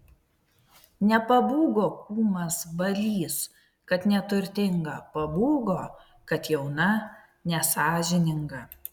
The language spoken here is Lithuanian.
nepabūgo kūmas balys kad neturtinga pabūgo kad jauna nesąžininga